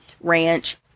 ranch